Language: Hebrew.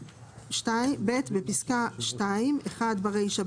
(2) ברישה,